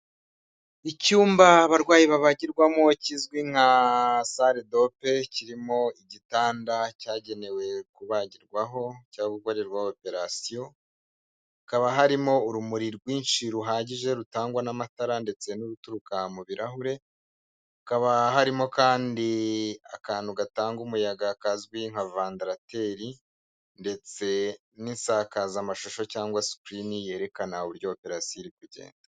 Icyumba abarwayi babagirwamo kizwi nka salle de pain kirimo igitanda cyagenewe kubagirwaho, cyangwa gukorerwaho operation. Hakaba harimo urumuri rwinshi ruhagije rutangwa n'amatara ndetse n'uruturuka mu birahure. Hakaba harimo kandi akantu gatanga umuyaga kazwi nka vendrateur, ndetse n'isakazamashusho cyangwa screen yerekana uburyo operation iri kugenda.